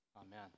Amen